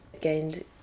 gained